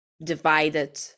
divided